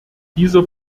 dieser